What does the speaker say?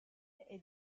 est